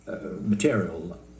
material